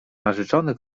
narzeczony